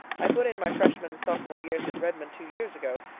i put in my freshman and sophomore years at redmond two years ago.